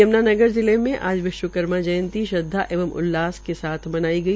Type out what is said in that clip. यम्नानगर जिले में आज विश्वकर्मा जयंती श्रद्वा एवं उल्लास से साथ मनाई गई